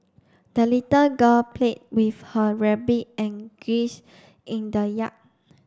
the little girl played with her rabbit and geese in the yard